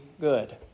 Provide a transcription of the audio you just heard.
good